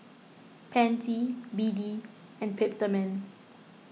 Pansy B D and Peptamen